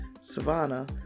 Savannah